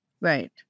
Right